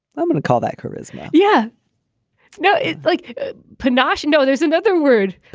i'm going to call that charisma. yeah no. it's like panache. and no. there's another word.